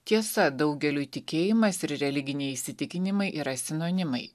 tiesa daugeliui tikėjimas ir religiniai įsitikinimai yra sinonimai